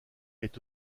est